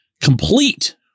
complete